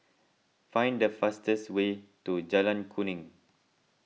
find the fastest way to Jalan Kuning